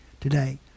today